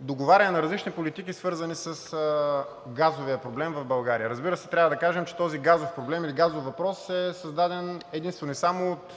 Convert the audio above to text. договаряне на различни политики, свързани с газовия проблем в България. Разбира се, трябва да кажем, че този газов проблем или газов въпрос е създаден единствено и само от